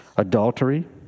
adultery